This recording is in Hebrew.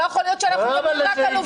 לא יכול להיות שאנחנו מדברים רק על עובדים.